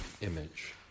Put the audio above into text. image